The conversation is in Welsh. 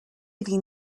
iddi